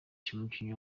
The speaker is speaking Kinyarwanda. umukinnyi